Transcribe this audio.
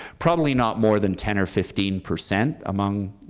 probably not more than ten or fifteen percent among